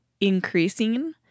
increasing